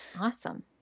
awesome